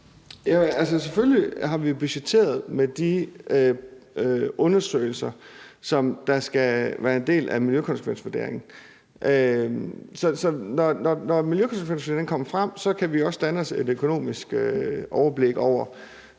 Danielsen): Selvfølgelig har vi budgetteret med de undersøgelser, som skal være en del af miljøkonsekvensvurderingen. Så når miljøkonsekvensvurdering kommer, kan vi også danne os et økonomisk overblik over,